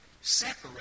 separate